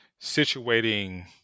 situating